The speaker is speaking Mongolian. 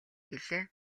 гэлээ